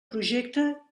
projecte